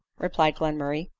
replied glenmurray.